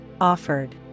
offered